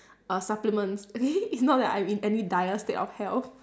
err supplements okay it's not like I'm in any dire state of health